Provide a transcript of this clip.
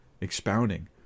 expounding